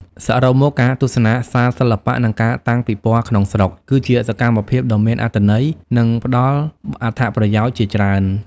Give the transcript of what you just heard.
សរុបមក ការទស្សនាសាលសិល្បៈ និងការតាំងពិពណ៌ក្នុងស្រុក គឺជាសកម្មភាពដ៏មានអត្ថន័យ និងផ្តល់អត្ថប្រយោជន៍ជាច្រើន។